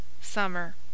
Summer